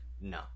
No